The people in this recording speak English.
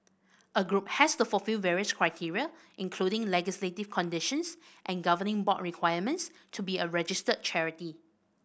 a group has to fulfil various criteria including legislative conditions and governing board requirements to be a registered charity